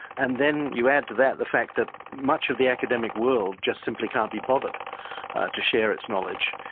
and then you add to that the fact that much of the academic world just simply can't be bothered to share its knowledge.